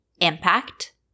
impact